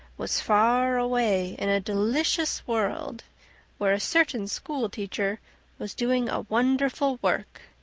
was far away in a delicious world where a certain schoolteacher was doing a wonderful work,